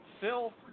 Phil